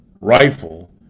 rifle